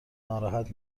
ناراحت